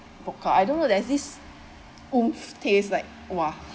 vodka I don't know there's this own taste like !wah!